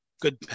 good